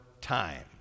time